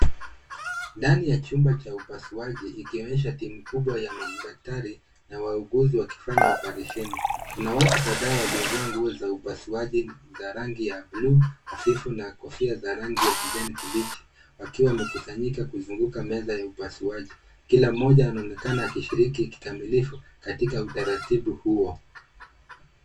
Ndani ya chumba cha upasuaji ikionyesha timu kubwa ya madaktari na wauguzi wakifanya oparesheni. Kuna watu kadhaa waliovaa nguo za upasuaji za rangi ya buluu hafifu na kofia za rangi ya kijani kibichi wakiwa wamekusanyika kuzunguka meza ya upasuaji. Kila mmoja anaonekana akishiriki kikamilifu katika utaratibu huo.